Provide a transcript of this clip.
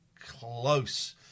close